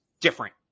different